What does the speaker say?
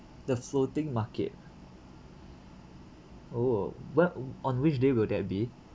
the floating market oh whe~ on which day will that be